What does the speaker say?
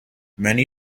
many